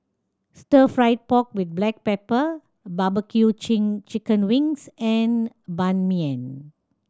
Stir Fried Pork With Black Pepper barbecue chin chicken wings and Ban Mian